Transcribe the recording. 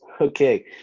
Okay